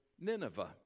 Nineveh